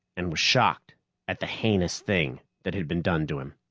and was shocked at the heinous thing that had been done to him.